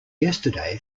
yesterday